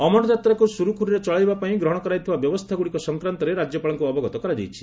ଅମରନାଥ ଯାତ୍ରାକୁ ସୁରୁଖୁରୁରେ ଚଳାଇବାପାଇଁ ଗ୍ରହଣ କରାଯାଇଥିବା ବ୍ୟବସ୍ଥାଗୁଡ଼ିକ ସଂକ୍ରାନ୍ତରେ ରାଜ୍ୟପାଳଙ୍କୁ ଅବଗତ କରାଯାଇଛି